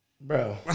Bro